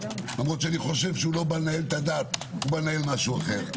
למרות שאני לא חושב שהוא בא לנהל את הדת אלא משהו אחר.